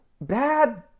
bad